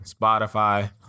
Spotify